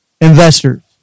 investors